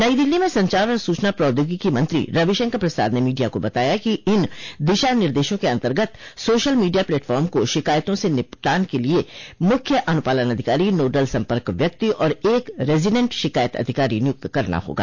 नई दिल्ली में संचार और सूचना प्रौदयोगिकी मंत्री रविशंकर प्रसाद ने मीडिया को बताया कि इन दिशानिर्देशों के अंतर्गत सोशल मीडिया प्लेटफॉर्म को शिकायतों स निपटान के लिए मुख्य अनुपालन अधिकारी नोडल संपर्क व्यक्ति और एक रेजिडेंट शिकायत अधिकारी नियुक्त करना होगा